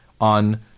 on